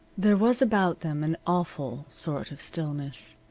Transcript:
there was about them an awful sort of stillness.